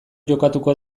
jokatuko